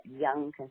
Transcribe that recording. young